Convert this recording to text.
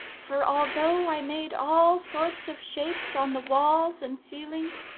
for although i made all sorts of shapes on the walls and ceiling,